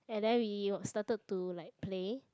and then we're started to like play